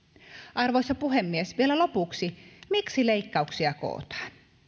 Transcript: arvoisa puhemies vielä lopuksi miksi leikkauksia kootaan